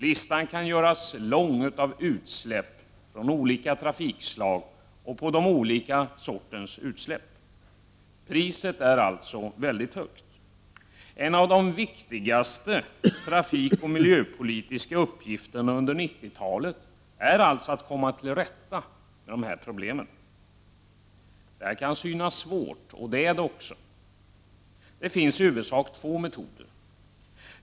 Listan kan göras lång på utsläpp från olika transportslag och på olika sorters utsläpp. Priset är alltså mycket högt. En av de viktigaste trafikoch miljöpolitiska uppgifterna under 90-talet är alltså att komma till rätta med dessa problem. Det här kan synas svårt, och det är det också. Det finns i huvudsak två metoder.